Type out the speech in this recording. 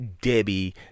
Debbie